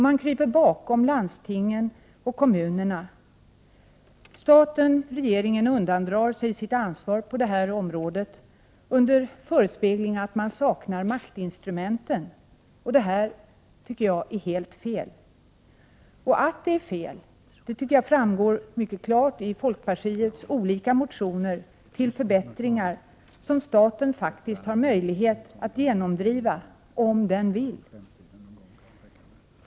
Man kryper bakom landstingen och kommunerna. Staten, regeringen, undandrar sig sitt ansvar på detta område under förespegling att maktinstrument saknas. Det tycker jag är helt fel. Att det är fel framgår mycket klart av folkpartiets olika motioner, där vi föreslår förbättringar som staten faktiskt har möjlighet att genomdriva om bara viljan finns.